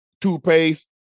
toothpaste